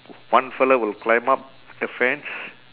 one fellow will climb up the fence